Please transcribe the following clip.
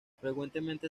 frecuentemente